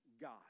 God